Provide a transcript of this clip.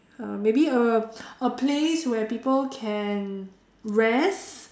uh maybe a a place where people can rest